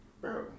Bro